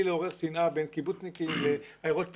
לעורר שנאה בין קיבוצניקים לעיירות פיתוח,